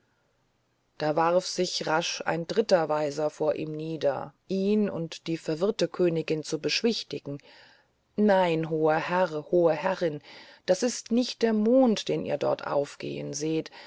da warf sich rasch ein dritter weiser vor ihm nieder ihn und die verwirrte königin zu beschwichtigen nein hoher herr hohe herrin das ist nicht der mond den ihr dort aufgehen seht